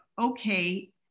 okay